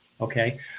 Okay